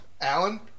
Alan